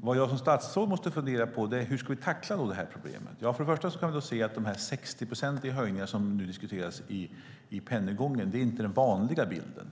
Vad jag som statsråd måste fundera över är hur vi ska tackla problemet. Först och främst kan vi se att de 60-procentiga höjningarna som nu diskuteras för Pennygången inte är den vanliga bilden.